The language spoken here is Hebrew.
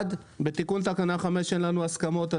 בתיקון תקנה 5 אין לנו הסכמות,